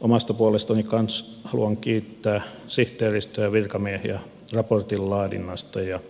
omasta puolestani kanssa haluan kiittää sihteeristöä ja virkamiehiä raportin laadinnasta ja